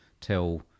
tell